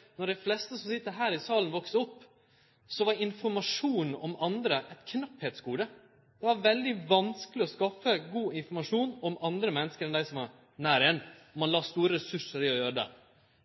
når det kjem nye trekk i samfunnsutviklinga, kjem det ny kriminalitet som krev nye verkemiddel. Men eg skulle gjerne oppfordre til den same typen refleksjon over eit anna trekk ved samfunnsutviklinga, nemleg at då dei fleste som sit her i salen, voks opp, var informasjon om andre eit knappheitsgode. Det var veldig vanskeleg å skaffe god informasjon om andre menneske enn dei som var nær ein, og ein la store ressursar i å gjere det.